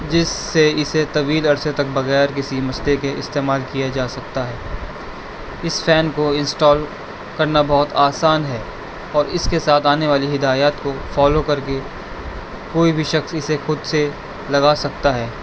جس سے اسے طویل عرصے تک بغیر کسی مسئلے کے استعمال کیا جا سکتا ہے اس فین کو انسٹال کرنا بہت آسان ہے اور اس کے ساتھ آنے والی ہدایات کو فالو کر کے کوئی بھی شخص اسے خود سے لگا سکتا ہے